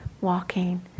walking